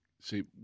See